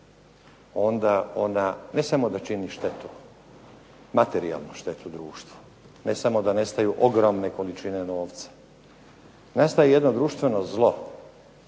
onda ona ne samo da čini štetu, materijalnu štetu društvu, ne samo da nestaju ogromne količine novca, nastaje i jedno društveno zlo